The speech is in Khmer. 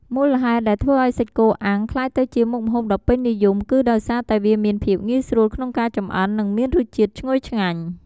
មូលហេតុដែលធ្វើឱ្យសាច់គោអាំងក្លាយទៅជាមុខម្ហូបដ៏ពេញនិយមគឺដោយសារតែវាមានភាពងាយស្រួលក្នុងការចម្អិន និងមានរសជាតិឈ្ងុយឆ្ងាញ់។